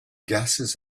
gases